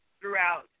throughout